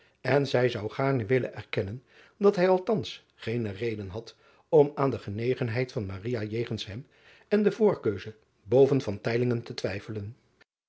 en zij zou gaarne willen erkennen dat hij althans geene reden had om aan de genegenheid van jegens hem en de voorkeuze boven te twijfelen